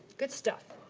good stuff.